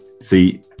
See